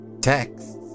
texts